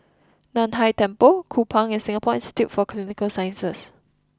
Nan Hai Temple Kupang and Singapore Institute for Clinical Sciences